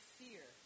fear